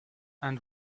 and